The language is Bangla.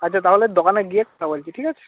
আচ্ছা তাহলে দোকানে গিয়ে কথা বলছি ঠিক আছে